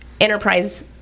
enterprise